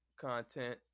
content